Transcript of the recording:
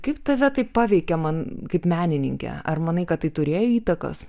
kaip tave tai paveikė man kaip menininkę ar manai kad tai turėjo įtakos